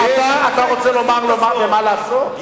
אתה רוצה לומר לו במה לעסוק?